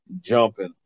jumping